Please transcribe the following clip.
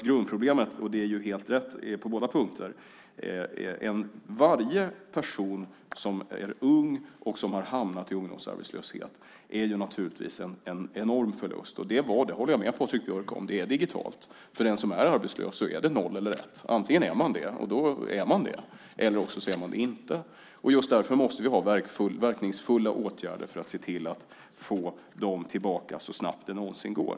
Grundproblemet - helt riktigt på båda punkter - är att varje ung person som har hamnat i ungdomsarbetslöshet naturligtvis är en enorm förlust. Jag håller med Patrik Björck om att det är digitalt. För den som är arbetslös är det 0 eller 1. Antingen är man det eller inte. Just därför måste vi ha verkningsfulla åtgärder för att se till att få dem tillbaka så snabbt det någonsin går.